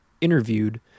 interviewed